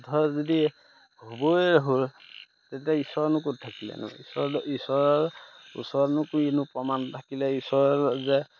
যুদ্ধ যদি হ'বই হ'ল তেতিয়া ঈশ্বৰনো ক'ত থাকিলেনো ঈশ্বৰ যে ঈশ্বৰৰ ওচৰতনো কিনো প্ৰমাণ থাকিলে ঈশ্বৰৰ যে